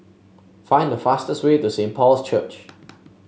find the fastest way to Saint Paul's Church